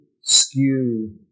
skew